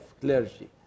clergy